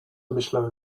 myślałem